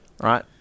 right